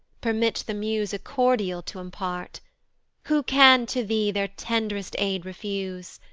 permit the muse a cordial to impart who can to thee their tend'rest aid refuse?